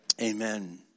Amen